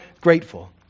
grateful